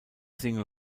single